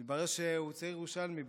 מתברר שהוא צעיר ירושלמי,